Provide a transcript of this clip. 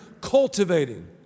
cultivating